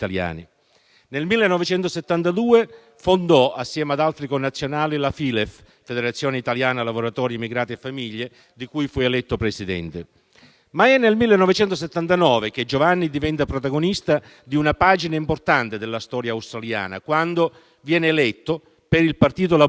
Nel 1972 fondò, assieme ad altri connazionali, la Federazione italiana lavoratori emigrati e famiglie (FILEF), di cui fu eletto Presidente. Ma è nel 1979 che Giovanni diventa protagonista di una pagina importante della storia australiana, quando viene eletto, per il partito laburista,